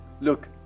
Look